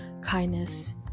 kindness